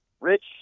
Rich